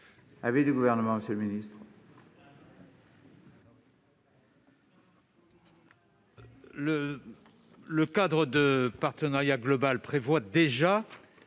Le cadre de partenariat global prévoit déjà